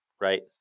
right